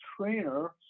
trainer